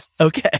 Okay